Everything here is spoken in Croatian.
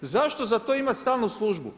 Zašto za to imati stalnu službu?